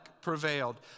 prevailed